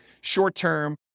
short-term